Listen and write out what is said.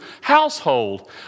household